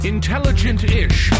Intelligent-ish